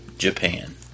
Japan